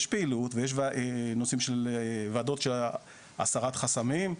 יש פעילות ויש נושאים של ועדות של הסרת חסמים,